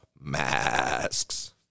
masks